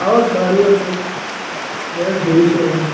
اَوہ خٲرٕے اوس مےٚ ٲس بیٚیہِ جایہِ ہیٚون